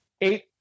eight